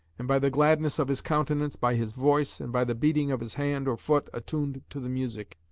and by the gladness of his countenance, by his voice, and by the beating of his hand or foot attuned to the music,